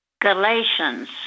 Galatians